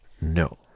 No